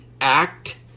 act